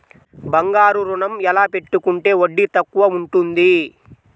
బంగారు ఋణం ఎలా పెట్టుకుంటే వడ్డీ తక్కువ ఉంటుంది?